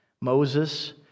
Moses